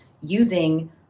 using